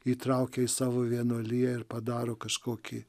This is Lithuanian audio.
įtraukia į savo vienuoliją ir padaro kažkokį